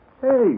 Hey